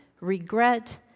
regret